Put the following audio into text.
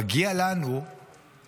מגיע לנו להשתפר.